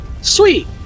sweet